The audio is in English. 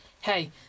Hey